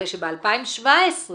הרי שב-2017,